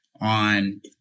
on